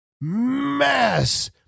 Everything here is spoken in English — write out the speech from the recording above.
mass